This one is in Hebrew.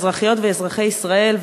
אזרחיות ואזרחי ישראל,